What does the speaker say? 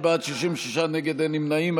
36 בעד, 67 נגד, אין נמנעים.